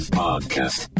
podcast